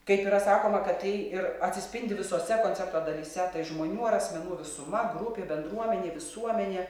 kaip yra sakoma kad tai ir atsispindi visose koncepto dalyse tai žmonių ar asmenų visuma grupė bendruomenė visuomenė